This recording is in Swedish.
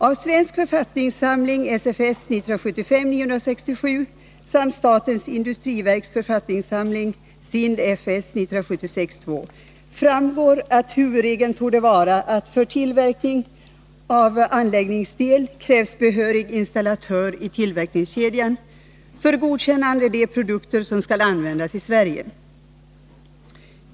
Av svensk författningssamling, SFS 1975:967, samt statens industriverks författningssamling, SIND-FS 1976:2, framgår att huvudregeln torde vara att för tillverkning av anläggningsdel krävs behörig installatör i tillverkningskedjan för godkännande av de produkter som skall användas i Sverige.